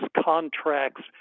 contracts